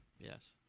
Yes